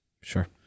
Sure